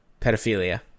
pedophilia